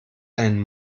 deinen